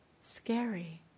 scary